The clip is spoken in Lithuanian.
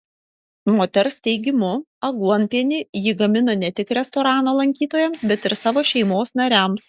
moters teigimu aguonpienį ji gamina ne tik restorano lankytojams bet ir savo šeimos nariams